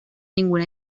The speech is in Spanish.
ninguna